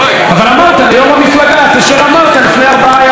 אבל אמרת ליו"ר המפלגה את אשר אמרת לפני ארבעה ימים,